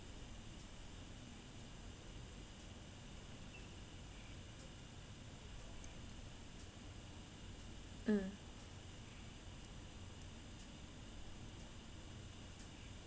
mm